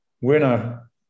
winner